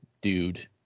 dude